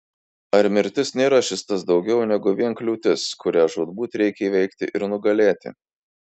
ar mirtis nėra šis tas daugiau negu vien kliūtis kurią žūtbūt reikia įveikti ir nugalėti